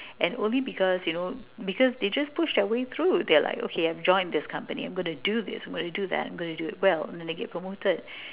and only because you know because they just push their way through they're like okay I've joined this company I'm going to do this I'm going to do that I'm going to do it well and then they get promoted